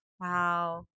wow